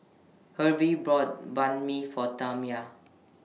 Hervey brought Banh MI For Tamia